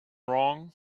wrong